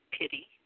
pity